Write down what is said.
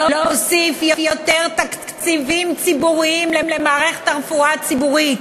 להוסיף תקציבים ציבוריים למערכת הרפואה הציבורית,